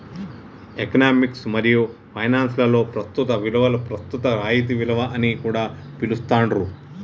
economics మరియు finance లలో ప్రస్తుత విలువని ప్రస్తుత రాయితీ విలువ అని కూడా పిలుత్తాండ్రు